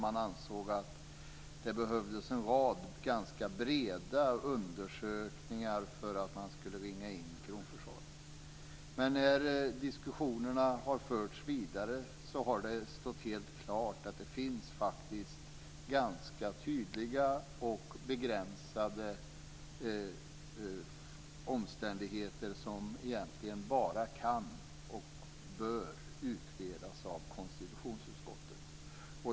Vi ansåg att det behövdes en rad ganska breda undersökningar för att man skulle ringa in kronförsvaret. Men när diskussionerna har förts vidare har det stått helt klart att det faktiskt finns ganska tydliga och begränsade omständigheter som egentligen bara kan och bör utredas av konstitutionsutskottet.